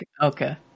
Okay